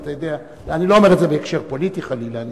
אבל אני לא אומר את זה בהקשר פוליטי, חלילה.